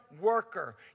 worker